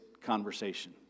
conversation